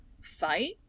fight